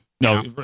No